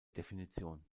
definition